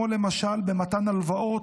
למשל במתן הלוואות,